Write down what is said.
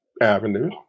avenue